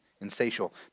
Insatiable